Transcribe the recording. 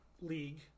league